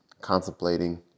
contemplating